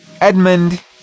edmund